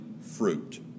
fruit